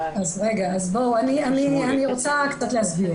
אני רוצה להסביר.